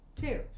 two